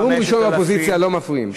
לנאום ראשון באופוזיציה לא מפריעים.